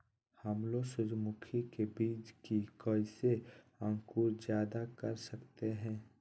हमलोग सूरजमुखी के बिज की कैसे अंकुर जायदा कर सकते हैं?